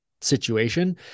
situation